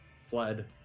Fled